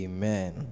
Amen